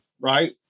right